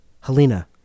Helena